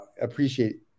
appreciate